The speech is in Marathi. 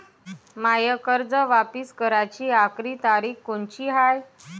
मायी कर्ज वापिस कराची आखरी तारीख कोनची हाय?